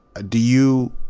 ah do you,